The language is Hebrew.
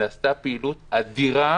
נעשתה פעילות אדירה.